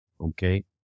okay